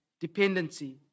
dependency